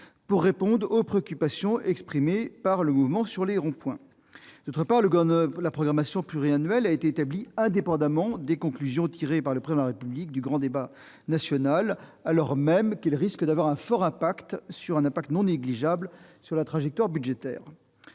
de répondre aux préoccupations exprimées par le mouvement sur les ronds-points. D'autre part, la programmation pluriannuelle a été établie indépendamment des conclusions tirées par le Président de la République du grand débat national, alors même qu'elles risquent fort d'avoir un impact non négligeable sur la trajectoire budgétaire.